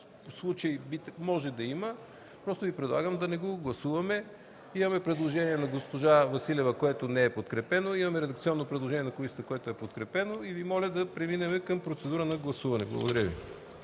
случай може да има, просто Ви предлагам да не го гласуваме. Имаме предложение на госпожа Василева, което не е подкрепено, имаме редакционно предложение на комисията, което е подкрепено. Моля Ви да преминем към процедура на гласуване. Благодаря Ви.